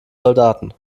soldaten